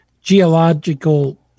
geological